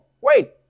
wait